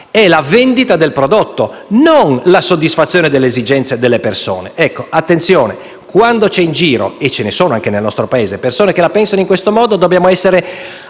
è la vendita del prodotto e non la soddisfazione delle esigenze delle persone. Attenzione: quando ci sono in giro - e ce ne sono anche nel nostro Paese - persone che la pensano in questo modo, dobbiamo essere